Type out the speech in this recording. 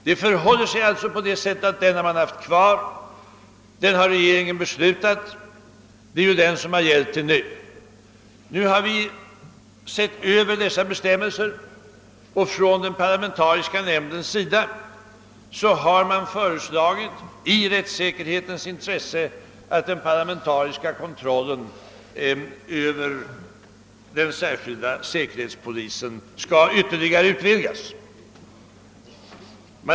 Den ordningen har alltså gällt hitintills — den har regeringen fattat beslut om. Nu har vi sett över bestämmelserna, och den parlamentariska nämnden har, i rättssäkerhetens intresse, föreslagit att den parlamentariska kontrollen över den särskilda säkerhetspolisen skall ytterligare utvidgas. Si .